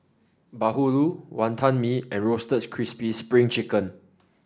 bahulu Wantan Mee and Roasted Crispy Spring Chicken